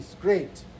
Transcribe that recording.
great